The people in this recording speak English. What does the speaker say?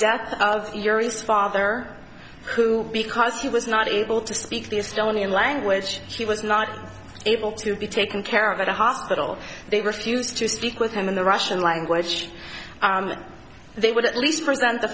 death of your east father who because he was not able to speak the stone in language he was not able to be taken care of at a hospital they refused to speak with him in the russian language they would at least present the